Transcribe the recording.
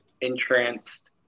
entranced